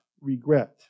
regret